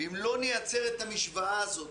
ואם לא נייצר את המשוואה הזאת,